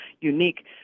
unique